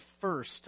first